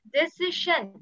decision